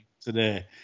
Today